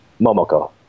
Momoko